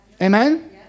Amen